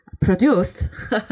produced